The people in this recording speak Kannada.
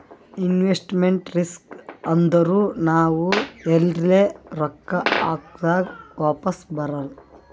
ಇನ್ವೆಸ್ಟ್ಮೆಂಟ್ ರಿಸ್ಕ್ ಅಂದುರ್ ನಾವ್ ಎಲ್ರೆ ರೊಕ್ಕಾ ಹಾಕ್ದಾಗ್ ವಾಪಿಸ್ ಬರಲ್ಲ